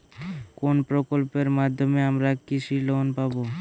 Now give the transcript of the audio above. কোন প্রকল্পের মাধ্যমে আমরা কৃষি লোন পাবো?